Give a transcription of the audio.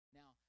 now